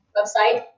Website